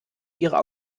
ihrer